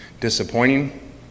disappointing